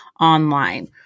online